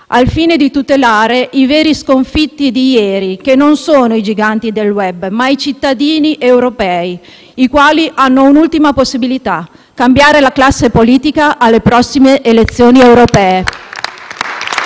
al fine di tutelare i veri sconfitti di ieri, che non sono i giganti del *web*, ma i cittadini europei, i quali hanno un'ultima possibilità: cambiare la classe politica alle prossime elezioni europee.